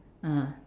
ah